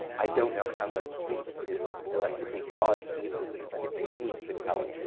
i don't know how much sleep is electrically charged even as it maybe could help.